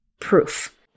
proof